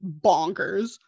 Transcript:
bonkers